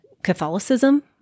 Catholicism